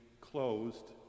closed